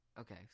okay